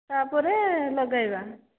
ତାପରେ ଲଗାଇବା